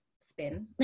spin